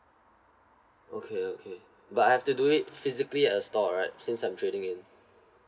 okay okay but I have to do it physically at a store right since I'm trading in